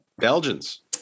Belgians